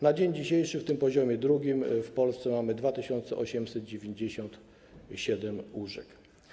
Na dzień dzisiejszy w poziomie drugim w Polsce mamy 2897 łóżek.